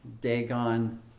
Dagon